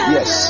Yes